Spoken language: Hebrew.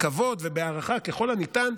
בכבוד ובהערכה ככל הניתן,